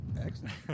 Excellent